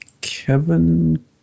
kevin